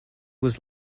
was